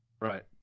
right